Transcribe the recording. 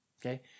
okay